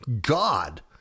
God